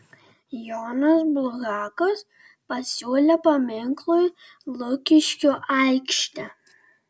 jonas bulhakas pasiūlė paminklui lukiškių aikštę